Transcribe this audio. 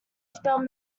spelled